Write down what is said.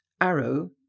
Arrow